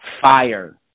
Fire